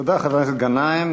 תודה, חבר הכנסת גנאים.